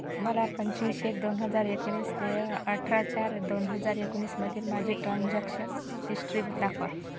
मला पंचवीस एक दोन हजार एकोणीस ते अठरा चार दोन हजार एकोणीसमधील माझी ट्रान्झॅक्शन हिष्टरी ब दाखवा